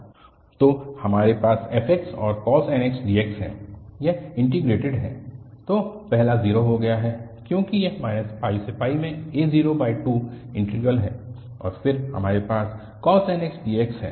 तो हमारे पास f और cos nx dx है यह इन्टीग्रेटेड है तो पहला 0 हो गया है क्योंकि यह -π to में a02 इंटीग्रल है और फिर हमारे पास cos nx dx है